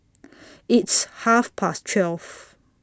its Half Past twelve